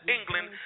England